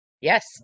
yes